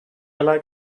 like